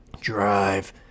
drive